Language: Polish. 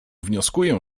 wnioskuję